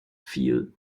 viel